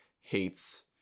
hates